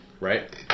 Right